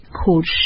called